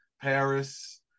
paris